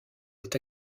est